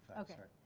okay.